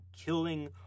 killing